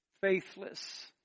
faithless